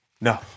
No